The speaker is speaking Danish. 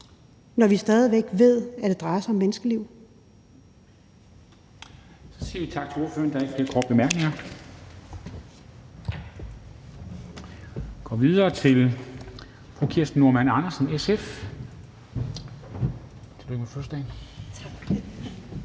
når vi stadig væk ved, at det drejer sig om menneskeliv.